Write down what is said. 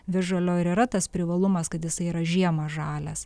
visžalio ir yra tas privalumas kad jisai yra žiemą žalias